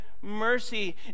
mercy